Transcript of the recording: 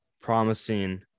promising